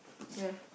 yeah